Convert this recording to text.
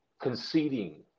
conceding